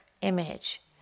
image